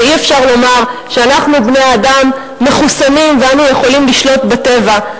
ואי-אפשר לומר שאנחנו בני-האדם מחוסנים ואנחנו יכולים לשלוט בטבע.